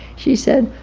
she said,